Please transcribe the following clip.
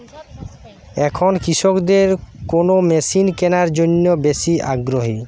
এখন কৃষকদের কোন মেশিন কেনার জন্য বেশি আগ্রহী?